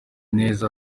neza